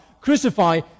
Crucify